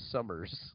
Summers